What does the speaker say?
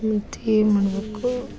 ಮತ್ತು ಏನು ಮಾಡಬೇಕು